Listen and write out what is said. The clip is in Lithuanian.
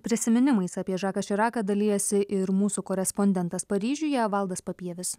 prisiminimais apie žaką širaką dalijasi ir mūsų korespondentas paryžiuje valdas papievis